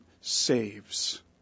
saves